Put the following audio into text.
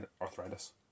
arthritis